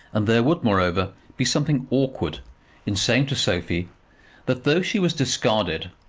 and there would, moreover, be something awkward in saying to sophie that, though she was discarded,